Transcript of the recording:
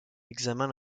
examen